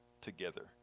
together